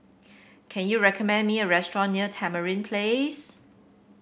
can you recommend me a restaurant near Tamarind Place